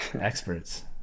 Experts